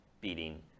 beating